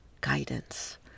guidance